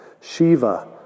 Shiva